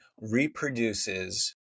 reproduces